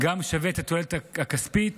גם שווה את התועלת הכספית